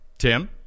Tim